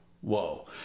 whoa